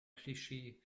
klischee